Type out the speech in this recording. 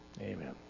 amen